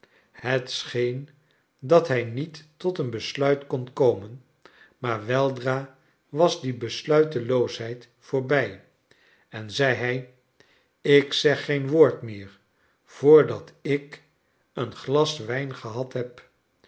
scheen dat h ij niet tot een besluit kon komen maar weldra was die besluiteloosheid voorbij en zei hij ik zeg geen woord meer voordat ik een glas wijn gehad heb